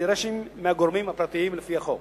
שנדרשת מגורמים פרטיים לפי החוק.